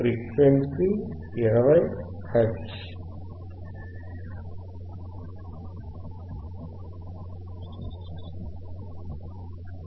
frequency 20 hertz